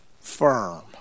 firm